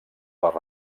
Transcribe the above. per